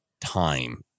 time